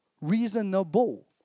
reasonable